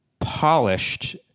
polished